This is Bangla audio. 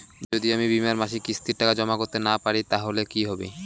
যদি আমি বীমার মাসিক কিস্তির টাকা জমা করতে না পারি তাহলে কি হবে?